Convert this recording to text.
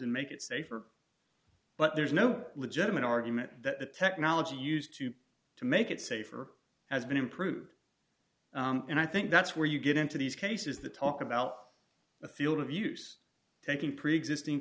and make it safer but there's no legitimate argument that the technology used to make it safer has been improved and i think that's where you get into these cases the talk about the field of use taking preexisting